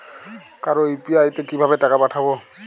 কারো ইউ.পি.আই তে কিভাবে টাকা পাঠাবো?